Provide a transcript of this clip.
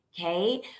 okay